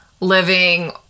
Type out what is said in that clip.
living